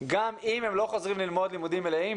גם אם הם לא חוזרים ללמוד לימודים מלאים.